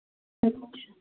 अच्छा